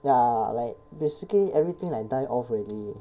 ya like basically everything like die off already